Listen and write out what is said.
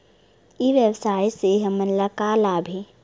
ई व्यवसाय से हमन ला का लाभ हे?